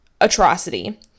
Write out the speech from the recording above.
atrocity